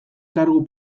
kargu